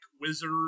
wizard